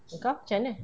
engkau camne